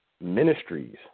ministries